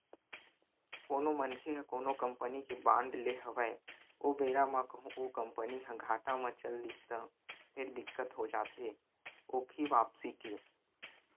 कोनो मनखे ह कोनो कंपनी के बांड लेय हवय ओ बेरा म कहूँ ओ कंपनी ह घाटा म चल दिस त फेर दिक्कत हो जाथे ओखी वापसी के